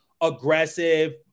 aggressive